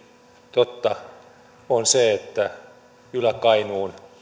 totta on se että ylä kainuun